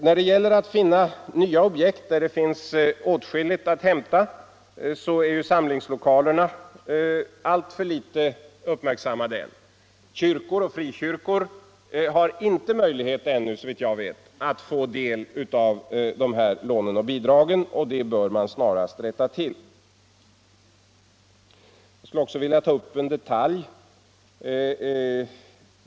När det gäller att finna nya objekt, där åtskilligt är att hämta, är samlingslokalerna alltför litet uppmärksammade. Kyrkor och frikyrkor har såvitt jag vet ännu inte möjligheter att få del av de här lånen och bidragen, och det bör man snarast rätta till. Jag skulle också vilja ta upp en detalj.